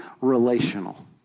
relational